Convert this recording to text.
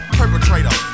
perpetrator